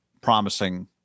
promising